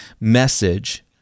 message